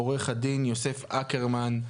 עו"ד יוסף אקרמן.